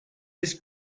this